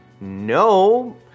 no